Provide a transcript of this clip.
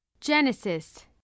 Genesis